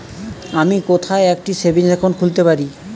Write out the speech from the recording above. আমি কোথায় একটি সেভিংস অ্যাকাউন্ট খুলতে পারি?